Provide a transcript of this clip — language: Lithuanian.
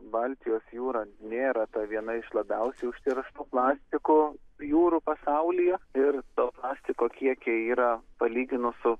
baltijos jūra nėra ta viena iš labiausiai užterštų plastiku jūrų pasaulyje ir to plastiko kiekiai yra palyginus su